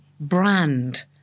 brand